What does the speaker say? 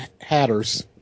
hatters